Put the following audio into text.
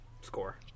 Score